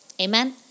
Amen